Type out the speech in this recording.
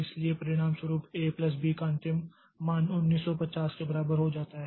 इसलिए परिणामस्वरूप A plus B का अंतिम मान 1950 के बराबर हो जाती है